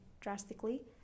drastically